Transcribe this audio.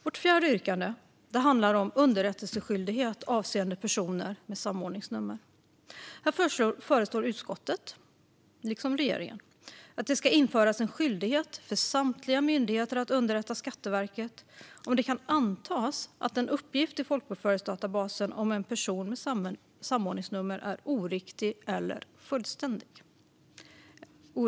Vårt fjärde yrkande handlar om underrättelseskyldighet avseende personer med samordningsnummer. Här föreslår utskottet, liksom regeringen, att det ska införas en skyldighet för samtliga myndigheter att underrätta Skatteverket om det kan antas att en uppgift i folkbokföringsdatabasen, om en person med samordningsnummer, är oriktig eller ofullständig.